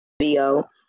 video